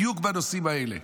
בדיוק בנושאים האלה.